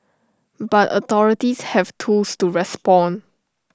but authorities have tools to respond